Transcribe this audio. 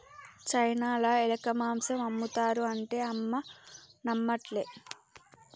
చైనాల ఎలక మాంసం ఆమ్ముతారు అంటే అమ్మ నమ్మట్లే